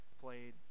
played